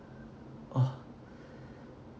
oh